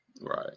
Right